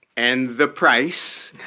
and the price.